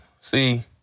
See